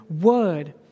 word